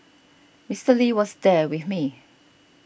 Mister Lee was there with me